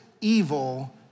evil